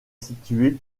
située